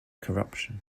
corruption